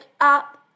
up